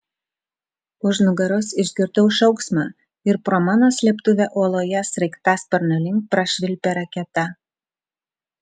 už nugaros išgirdau šauksmą ir pro mano slėptuvę uoloje sraigtasparnio link prašvilpė raketa